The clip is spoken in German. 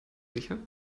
sicher